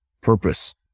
purpose